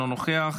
אינו נוכח,